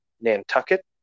Nantucket